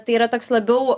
tai yra toks labiau